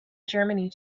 germany